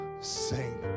sing